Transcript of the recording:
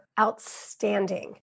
outstanding